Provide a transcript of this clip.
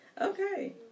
Okay